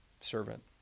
servant